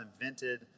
invented